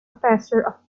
professor